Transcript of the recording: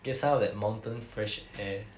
get some of that mountain fresh air